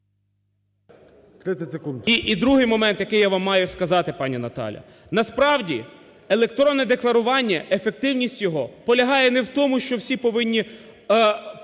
І другий момент, який я вам маю сказати, пані Наталя. Насправді, електронне декларування, ефективність його полягає не в тому, що всі повинні